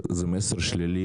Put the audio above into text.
זה מסר שלילי,